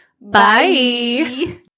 Bye